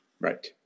Right